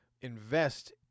invest